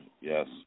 Yes